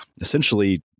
essentially